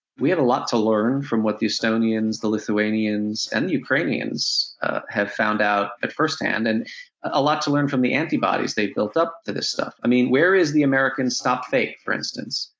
we have a lot to learn from what the estonians, the lithuanians, and the ukrainians have found out at firsthand, and a lot to learn from the antibodies they built up for this stuff. i mean, where is the american stopfake, for instance,